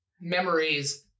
Memories